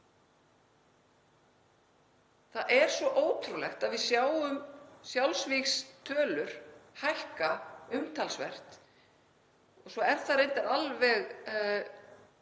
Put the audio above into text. Það er svo ótrúlegt að við sjáum sjálfsvígstölur hækka umtalsvert og svo er það reyndar alveg